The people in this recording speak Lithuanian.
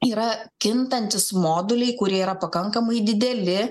yra kintantis moduliai kurie yra pakankamai dideli